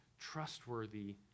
Trustworthy